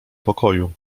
pokoju